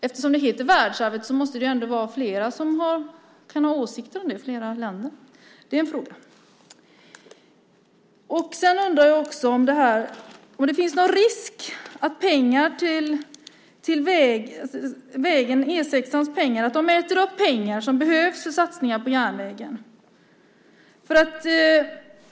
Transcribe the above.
Eftersom det kallas världsarvet måste det finns flera länder som har åsikter. Finns det någon risk att pengarna till E 6 äter upp pengar som behövs för satsningar på järnvägen?